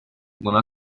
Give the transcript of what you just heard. buna